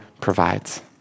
provides